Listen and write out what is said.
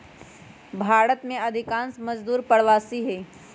भारत में अधिकांश मजदूर प्रवासी हई